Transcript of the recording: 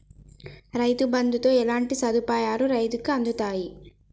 రైతు బంధుతో ఎట్లాంటి సదుపాయాలు రైతులకి అందుతయి?